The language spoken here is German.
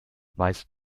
weißt